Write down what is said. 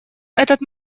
этот